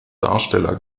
darsteller